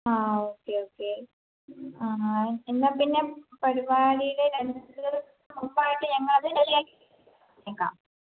ആ okay okay ആ എന്നാൽപ്പിന്നെ പരിപാടിയുടെ രണ്ട് ദിവസം മുമ്പായിട്ട് ഞങ്ങളത് റെഡിയാക്കി തന്നേക്കാം